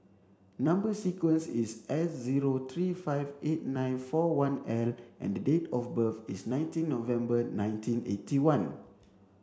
number sequence is S zero three five eight nine four one L and date of birth is nineteen November nineteen eighty one